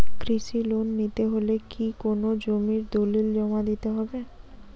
কৃষি লোন নিতে হলে কি কোনো জমির দলিল জমা দিতে হবে?